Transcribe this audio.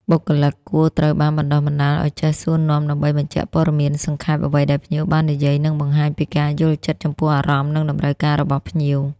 បុគ្គលិកគួរត្រូវបានបណ្តុះបណ្តាលឱ្យចេះសួរនាំដើម្បីបញ្ជាក់ព័ត៌មាន សង្ខេបអ្វីដែលភ្ញៀវបាននិយាយ និងបង្ហាញពីការយល់ចិត្តចំពោះអារម្មណ៍ និងតម្រូវការរបស់ភ្ញៀវ។